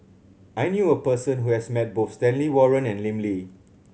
I knew a person who has met both Stanley Warren and Lim Lee